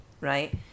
right